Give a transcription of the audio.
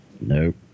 Nope